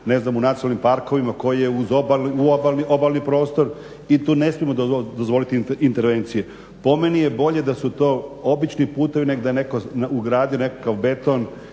ne znam u nacionalnim parkovima, koji je uz obalni prostor i tu ne smijemo dozvoliti intervencije. Po meni je bolje da su to obični putovi nego da je netko ugradio nekakav beton